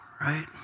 right